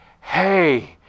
Hey